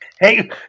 Hey